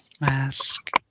Mask